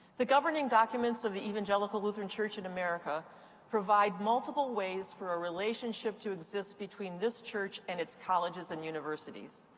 the governing documents of the evangelical lutheran church in america provide multiple ways for a relationship to exist between this church and its colleges and universities.